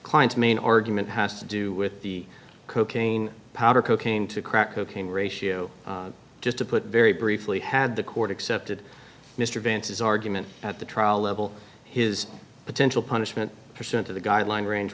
client's main argument has to do with the cocaine powder cocaine to crack cocaine ratio just to put very briefly had the court accepted mr vance's argument at the trial level his potential punishment percent of the guideline range